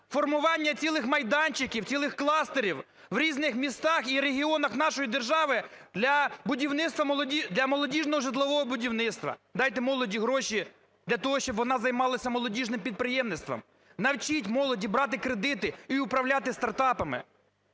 формування цілих майданчиків, цілих кластерів в різних містах і регіонах нашої держави для молодіжного житлового будівництва. Дайте молоді гроші для того, щоб вона займалася молодіжним підприємництвом, навчіть молодь брати кредити і управляти стартапами.